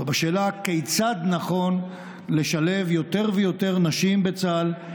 הוא השאלה כיצד נכון לשלב יותר ויותר נשים בצה"ל,